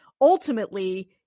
ultimately